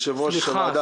יושב-ראש הוועדה,